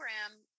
program